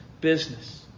business